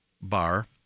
bar